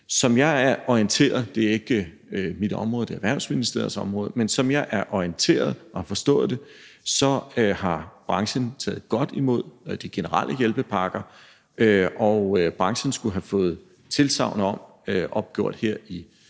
om her i Folketinget. Det er ikke mit område, for det er Erhvervsministeriets område, men som jeg er orienteret og har forstået det, har branchen taget godt imod de generelle hjælpepakker, og branchen skulle – opgjort her i